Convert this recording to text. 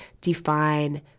define